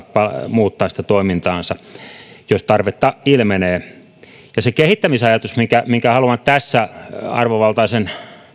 muuttaa sitä toimintaansa jos tarvetta ilmenee se kehittämisajatus minkä haluan tässä arvovaltaisen